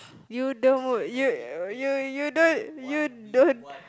you don't you you you don't you don't